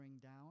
down